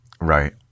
Right